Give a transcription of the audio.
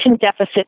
deficit